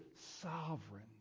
sovereign